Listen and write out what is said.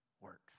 works